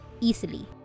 easily